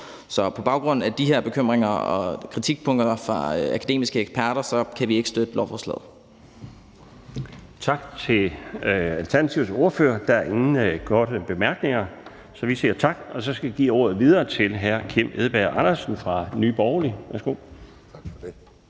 Så på baggrund af de her bekymringer og kritikpunkter fra akademiske eksperter kan vi ikke støtte lovforslaget. Kl. 11:49 Den fg. formand (Bjarne Laustsen): Tak til Alternativets ordfører. Der er ingen korte bemærkninger, så vi siger tak. Jeg skal så give ordet videre til hr. Kim Edberg Andersen fra Nye Borgerlige.